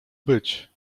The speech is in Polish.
być